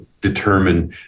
determine